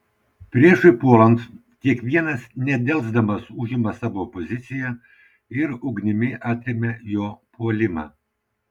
priešui puolant kiekvienas nedelsdamas užima savo poziciją ir ugnimi atremia jo puolimą